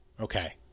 Okay